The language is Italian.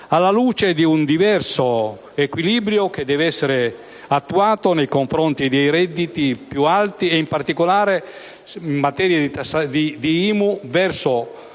alla luce di un diverso equilibrio che deve essere trovato nei confronti dei redditi più alti e, specie in materia di IMU,